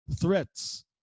threats